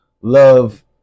love